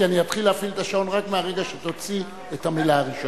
כי אני אתחיל להפעיל את השעון רק מהרגע שתוציא את המלה הראשונה.